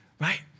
right